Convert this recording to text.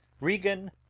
Regan